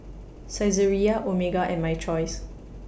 Saizeriya Omega and My Choice